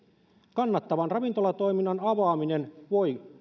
kannattavan ravintolatoiminnan avaaminen voi